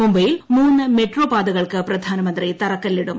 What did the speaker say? മുംബൈയിൽ മൂന്ന് മെട്രോ പാതകൾക്ക് പ്രധാനമന്ത്രി തറക്കല്ലിടും